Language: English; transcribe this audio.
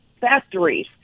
factories